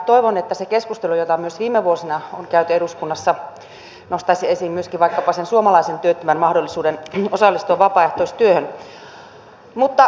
toivon että se keskustelu jota myös viime vuosina on käyty eduskunnassa nostaisi esiin myöskin vaikkapa sen suomalaisen työttömän mahdollisuuden osallistua vapaaehtoistyöhön